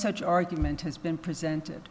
such argument has been presented